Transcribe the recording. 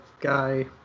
guy